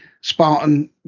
Spartan